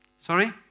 Sorry